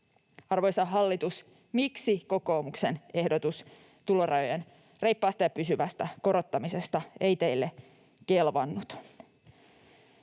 Arvoisa hallitus, miksi kokoomuksen ehdotus tulorajojen reippaasta ja pysyvästä korottamisesta ei teille kelvannut?